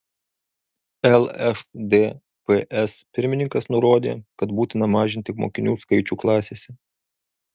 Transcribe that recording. lšdps pirmininkas nurodė kad būtina mažinti mokinių skaičių klasėse